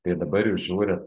tai dabar jūs žiūrit